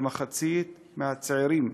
כמחצית מהצעירים